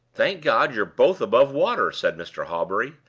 thank god you're both above water! said mr. hawbury,